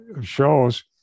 shows